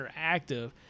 interactive